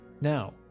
Now